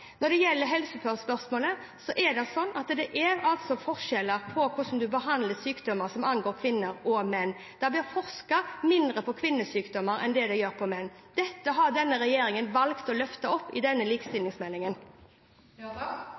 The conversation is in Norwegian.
Når det gjelder helsespørsmålet, er det forskjell på hvordan man behandler sykdommer som angår kvinner, og sykdommer som angår menn. Det blir forsket mindre på kvinnesykdommer enn på menns sykdommer. Dette har denne regjeringen valgt å løfte opp i denne likestillingsmeldingen.